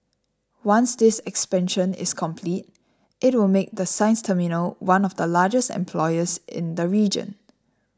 once this expansion is complete it will make the Sines terminal one of the largest employers in the region